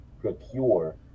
procure